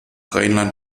rheinland